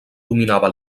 dominava